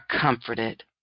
comforted